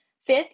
Fifth